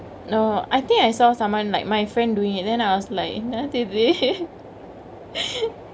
orh I think I saw someone like my friend doingk it then I was like என்னததூ:ennathethu